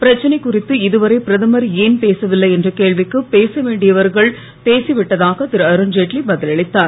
பிரச்சனை குறித்து இதுவரை பிரதமர் ஏன் பேசவில்லை என்ற கேள்விக்கு பேசவேண்டியவர்கள் பேசிவிட்டதாக திருஅருண் ஜெட்லி பதிலளித்தார்